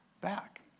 back